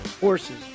Horses